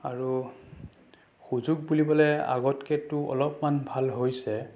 আৰু সুযোগ বুলিবলৈ আগতকৈতো অলপমান ভাল হৈছে